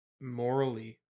morally